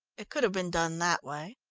it could have been done that way.